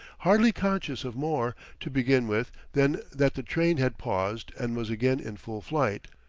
hardly conscious of more, to begin with, than that the train had paused and was again in full flight.